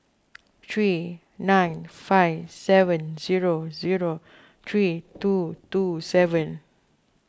three nine five seven zero zero three two two seven